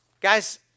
Guys